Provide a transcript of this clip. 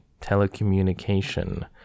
telecommunication